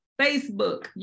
Facebook